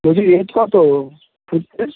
বলছি রেট কত ফুটের